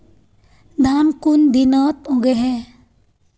धान कुन दिनोत उगैहे